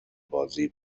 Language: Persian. بازی